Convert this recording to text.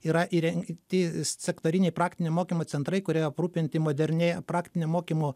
yra įrengti sektoriniai praktinio mokymo centrai kurie aprūpinti modernia praktinio mokymo